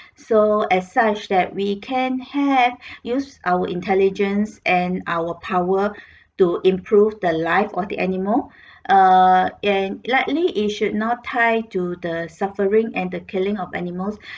so as such that we can have used our intelligence and our power to improve the life of the animal uh and likely it should not tie to the suffering and the killing of animals